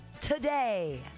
today